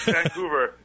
Vancouver